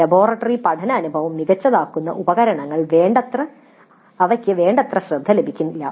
laboratory പഠന അനുഭവം മികച്ചതാക്കുന്ന ഉപകരണങ്ങൾക്ക് വേണ്ടത്ര ശ്രദ്ധ ലഭിക്കില്ല